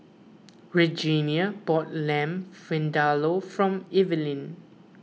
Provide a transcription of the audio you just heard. Regenia bought Lamb Vindaloo from Evelin